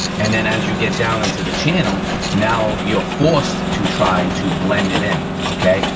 and then as you get down into the channel now you're forced to try to blend it in okay,